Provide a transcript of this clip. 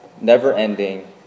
never-ending